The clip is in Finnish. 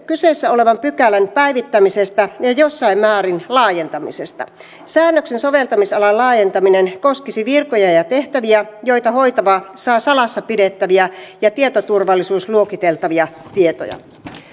kyseessä olevan pykälän päivittämisestä ja jossain määrin laajentamisesta säännöksen soveltamisalan laajentaminen koskisi virkoja ja ja tehtäviä joita hoitava saa salassa pidettäviä ja tietoturvallisuusluokiteltavia tietoja